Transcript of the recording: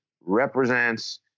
represents